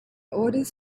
orders